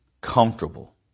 comfortable